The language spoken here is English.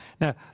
Now